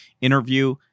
interview